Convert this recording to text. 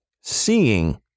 seeing